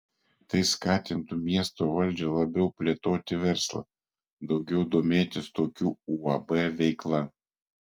tai skatintų miesto valdžią labiau plėtoti verslą daugiau domėtis tokių uab veikla